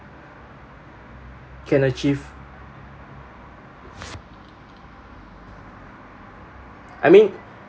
can achieve I mean